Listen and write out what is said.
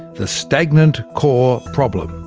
the stagnant core problem.